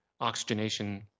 oxygenation